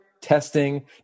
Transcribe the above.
testing